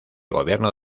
gobierno